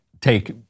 take